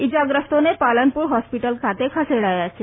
ઇજાગ્રસ્તોને પાલનપુર હોસ્પિટલ ખસેડાયા છે